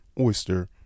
oyster